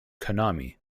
konami